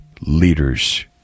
leaders